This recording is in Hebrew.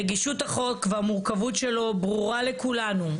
רגישות החוק והמורכבות שלו ברורה לכולנו.